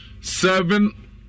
seven